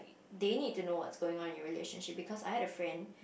they need to know what's going on in your relationship because I had a friend